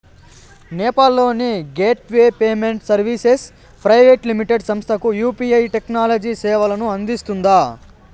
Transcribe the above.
నేపాల్ లోని gateway payment services private limited సంస్థకు UPI technology సేవలను అందిస్తుందా?